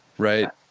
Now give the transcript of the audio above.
right?